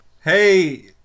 Hey